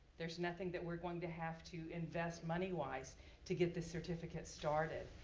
there's nothing that we're going to have to invest money wise to get this certificate started.